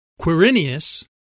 Quirinius